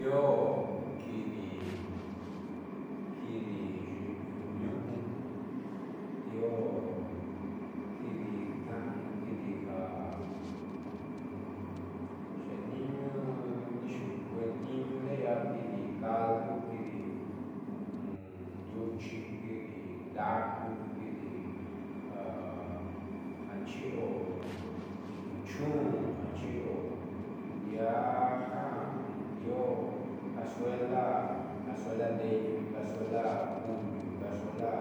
Io kidi kidi nu'u io kidi ka'anu kidi ja xeetniiñu ni xuukue'etniiñude iia kidi caldo kidi ndiuchi kidi ndaaku kidi ja chi'io chun ja chi'io ndiaa ja io cazuela cazuela ndeeyu cazuela kuño cazuela